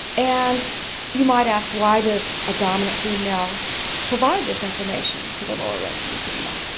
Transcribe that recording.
and you might ask why does a dominant female provide this information to the lower-ranking female?